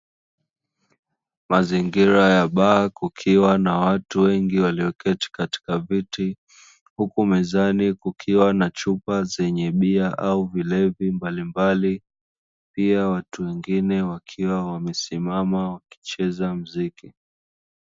Mazingira ya baa kukiwa na watu wengi walioketi katika viti, huku mezani kukiwa na chupa zenye bia au vilevi mbalimbali, pia watu wengine wakiwa wamesimama wakicheza mziki.